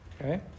Okay